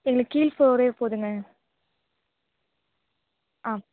எங்களுக்கு கீழ் ஃப்ளோரே போதும்க ஆ